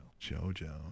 JoJo